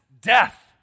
death